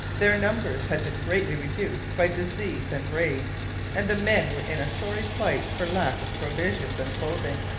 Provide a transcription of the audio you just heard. their numbers had been greatly reduced by disease and raids and the men were in a sorry plight for lack of provisions and clothing.